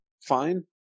fine